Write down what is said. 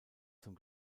zum